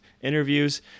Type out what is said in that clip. interviews